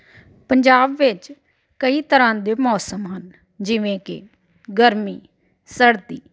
ਪੰਜਾਬ ਵਿੱਚ ਕਈ ਤਰ੍ਹਾਂ ਦੇ ਮੌਸਮ ਹਨ ਜਿਵੇਂ ਕਿ ਗਰਮੀ ਸਰਦੀ